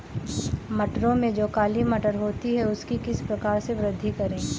मटरों में जो काली मटर होती है उसकी किस प्रकार से वृद्धि करें?